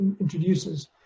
introduces